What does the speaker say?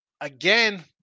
again